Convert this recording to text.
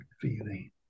feeling